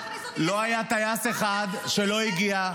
טלי, לא היה טייס אחד שלא הגיע --- לא רוצה.